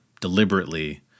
deliberately